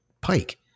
Pike